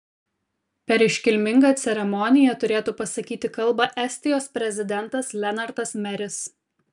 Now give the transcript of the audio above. per iškilmingą ceremoniją turėtų pasakyti kalbą estijos prezidentas lenartas meris